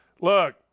Look